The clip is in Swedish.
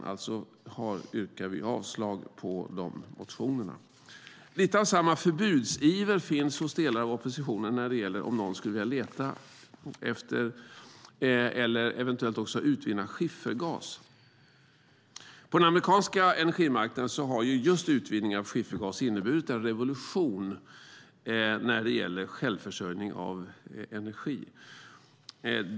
Alltså yrkar utskottet avslag på de motionerna. Lite av samma förbudsiver finns hos delar av oppositionen när det gäller om någon vill leta efter eller eventuellt utvinna skiffergas. På den amerikanska energimarknaden har just utvinning av skiffergas inneburit en revolution när det gäller självförsörjning av energi.